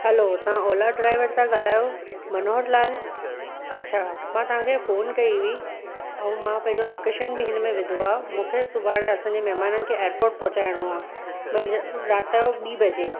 hello तव्हां Ola driver था ॻाल्हायो मनोहर लाल अच्छा मां तव्हांखे फोन कई हुई ऐं मां पंहिंजो लोकेशन बि हिन में विझियो आहे मूंखे सुभाणे असांजे महिमाननि खे एयरपोट पहुअचाइणो आहे मंझ राति जो ॿी बजे